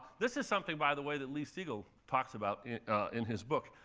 this is something, by the way, that lee siegel talks about in his book.